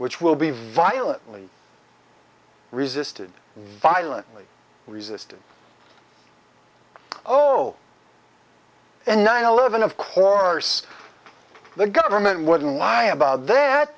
which will be violently resisted violently resisting oh and nine eleven of course the government wouldn't lie about th